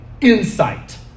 insight